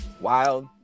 wild